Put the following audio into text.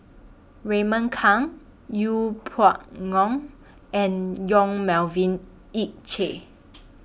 Raymond Kang YOU Pway Ngon and Yong Melvin Yik Chye